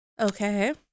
Okay